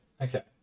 okay